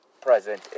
present